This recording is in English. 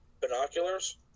binoculars